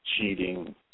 cheating